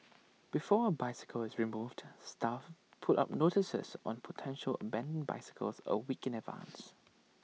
before A bicycle is removed staff put up notices on potential abandoned bicycles A week in advance